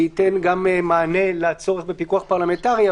שייתן גם מענה לצורך בפיקוח פרלמנטרי,